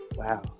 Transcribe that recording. Wow